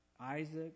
Isaac